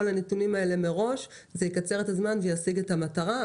הנתונים מראש זה יקצר את הזמן וישיג את המטרה.